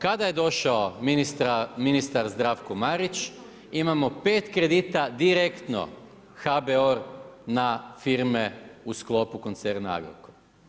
Kada je došao ministar Zdravko Marić, imamo 5 kredita direktno HBOR na firme u sklopu koncerna Agrokor.